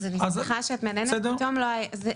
אז אני שמחה שכך, כי לי זה פתאום לא היה ברור.